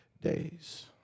days